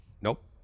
Nope